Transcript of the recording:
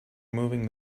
moving